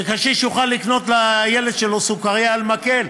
שקשיש יוכל לקנות לילד שלו סוכריה על מקל.